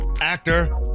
actor